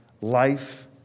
life